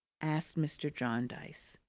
asked mr. jarndyce.